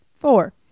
Four